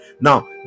now